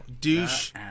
douche